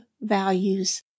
values